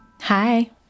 Hi